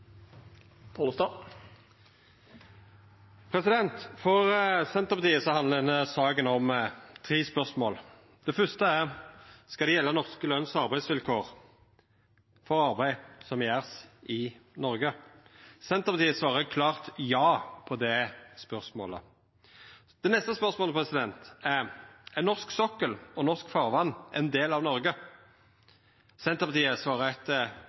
klynge. For Senterpartiet handlar denne saka om tre spørsmål. Det første er: Skal norske løns- og arbeidsvilkår gjelda for arbeid som vert gjort i Noreg? Senterpartiet svarer eit klart ja på det spørsmålet. Det neste spørsmålet er: Er norsk sokkel og norske farvatn ein del av Noreg? Senterpartiet svarer